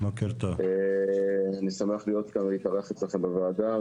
אני שמח להתארח אצלכם בוועדה.